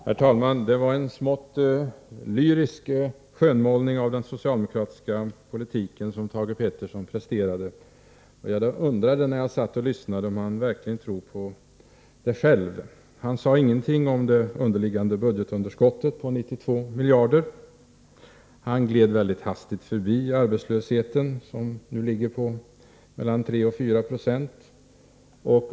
Herr talman! Det var en smått lyrisk skönmålning av den socialdemokratiska politiken som Thage Peterson presterade. Jag undrade när jag satt och lyssnade om han verkligen tror på den själv. Thage Peterson sade ingenting om det underliggande budgetunderskottet på 92 miljarder kronor, och han gled mycket hastigt förbi arbetslösheten, som nu ligger på 34 20.